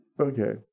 okay